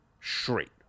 straight